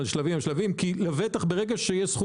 מספרי מונית אפשר לשכור, אפשר לקנות בשוק